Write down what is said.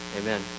amen